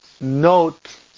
note